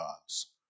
God's